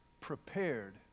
prepared